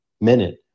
minute